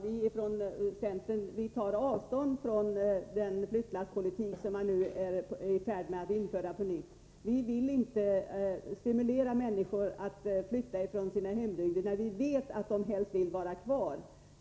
Vi från centern tar avstånd från den flyttlasspolitik som regeringen nu är i färd med att införa på nytt. Vi vill inte stimulera människor till att flytta från sina hembygder när vi vet att de helst vill stanna kvar.